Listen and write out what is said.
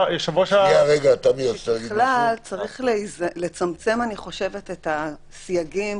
ככלל צריך לצמצם את הסייגים,